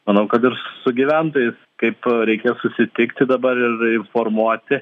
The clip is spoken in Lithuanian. manau kad ir su gyventojais kaip reikia susitikti dabar ir informuoti